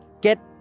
get